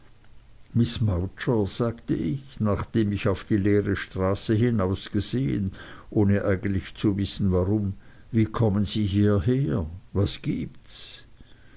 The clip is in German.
sagte ich nachdem ich auf die leere straße hinausgesehen ohne eigentlich zu wissen warum wie kommen sie hieher was gibts